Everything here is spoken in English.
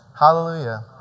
Hallelujah